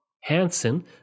hansen